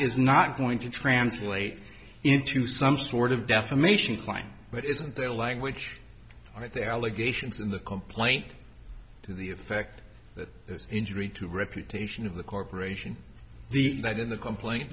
is not going to translate into some sort of defamation claim but isn't there language right there allegations in the complaint to the effect that the injury to reputation of the corporation the that in the complaint